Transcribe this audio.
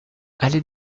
allée